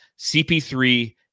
CP3